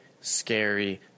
scary